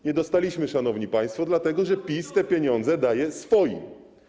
Nie dostaliśmy, szanowni państwo, dlatego że PiS te pieniądze daje swoim.